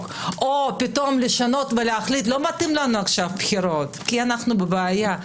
או פתאום לשנות ולהחליט - לא מתאים לנו עכשיו בבחירות כי אנחנו בבעיה?